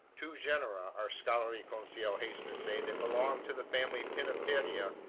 two genera, our scholarly conseil hastened to say, that belong to the family pinnipedia,